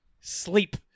sleep